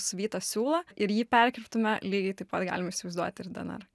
suvytą siūlą ir jį perkirptume lygiai taip pat galim įsivaizduoti ir dnr